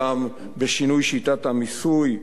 גם בשינוי שיטת המיסוי,